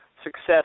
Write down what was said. success